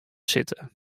sitten